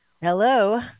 Hello